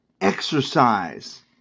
Exercise